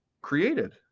created